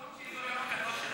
יום מנוחה.